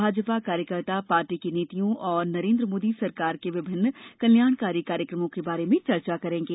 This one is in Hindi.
भाजपा कार्यकर्ता पार्टी की नीतियों और नरेन्द्र मोदी सरकार के विभिन्न कल्याणकारी कार्यक्रमों के बारे में चर्चा करेंगे